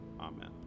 Amen